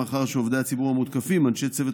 הן מאחר שעובדי הציבור המותקפים הם אנשי צוות